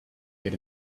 get